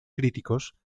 críticos